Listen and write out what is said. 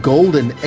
Golden